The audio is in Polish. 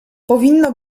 powinno